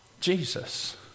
Jesus